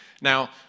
Now